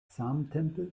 samtempe